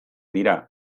dira